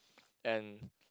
and